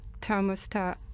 thermostat